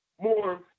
more